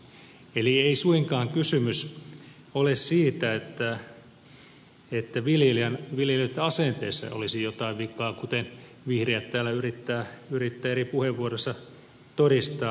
eli ei suinkaan kysymys ole siitä että viljelijöitten asenteissa olisi jotain vikaa kuten vihreät täällä yrittävät eri puheenvuoroissa todistaa